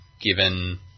given